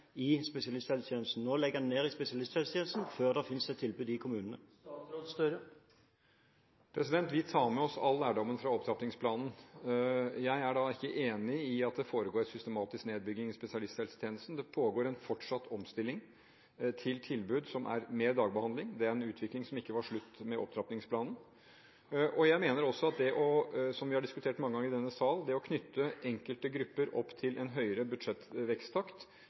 i spesialisthelsetjenesten før det finnes et tilbud i kommunene. Vi tar med oss all lærdommen fra opptrappingsplanen. Jeg er ikke enig i at det foregår en systematisk nedbygging av spesialisthelsetjenesten. Det pågår en fortsatt omstilling til tilbud som er mer dagbehandling, det er en utvikling som ikke var slutt med opptrappingsplanen. Jeg mener også at det som vi har diskutert mange ganger i denne sal, å knytte enkelte grupper opp til en høyere budsjettveksttakt,